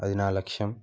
అది నా లక్ష్యం